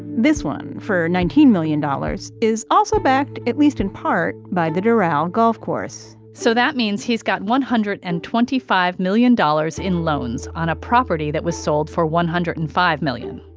this one for nineteen million dollars is also backed, at least in part, by the doral golf course so that means he's got one hundred and twenty five million dollars in loans on a property that was sold for one hundred and five million,